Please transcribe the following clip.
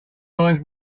lines